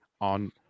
on